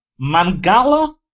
Mangala